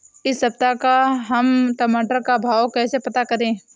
इस सप्ताह का हम टमाटर का भाव कैसे पता करें?